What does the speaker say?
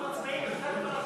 קבוצת סיעת חד"ש,